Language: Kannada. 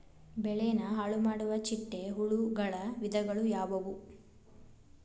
ಬೆಳೆನ ಹಾಳುಮಾಡುವ ಚಿಟ್ಟೆ ಹುಳುಗಳ ವಿಧಗಳು ಯಾವವು?